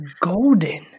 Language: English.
golden